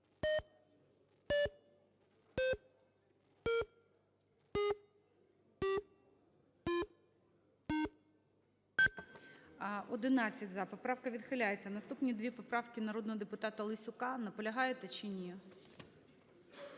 За-11 Поправка відхиляється. Наступні дві поправки народного депутата Лесюка. Наполягаєте чи ні?